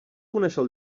conéixer